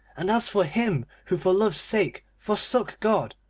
and as for him who for love's sake forsook god,